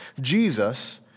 Jesus